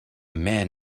man